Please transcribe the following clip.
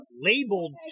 labeled